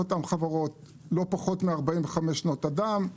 לא פחות מ-45 שנות אדם,